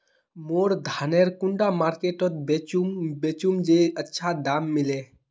मोर धानेर कुंडा मार्केट त बेचुम बेचुम जे अच्छा दाम मिले?